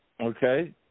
Okay